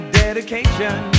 dedication